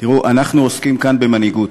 תראו, אנחנו עוסקים כאן במנהיגות.